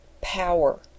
power